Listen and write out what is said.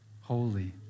holy